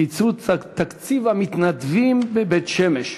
תקציב המתנדבים בבית-שמש.